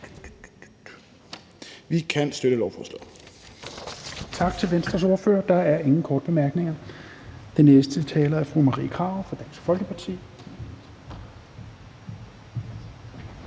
Helveg Petersen): Tak til Venstres ordfører. Der er ingen korte bemærkninger. Den næste taler er fru Marie Krarup fra Dansk Folkeparti.